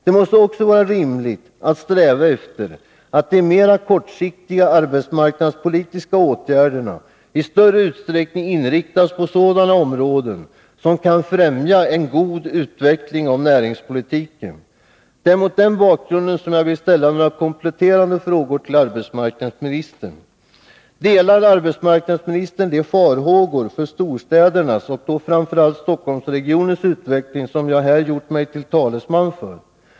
Det måste också vara rimligt att man strävar efter att de mer kortsiktiga arbetsmarknadspolitiska åtgärderna i större utsträckning inriktas på sådana områden där en god utveckling av näringspolitiken kan främjas. Det är mot den bakgrunden jag vill ställa några kompletterande frågor till arbetsmarknadsministern: Delar arbetsmarknadsministern de farhågor för storstädernas och framför allt Stockholmsregionens utveckling som jag här gjort mig till talesman för?